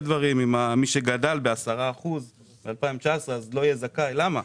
מי שגדל ב-10 אחוזים ב-2019 לא יהיה זכאי ואני שואל למה.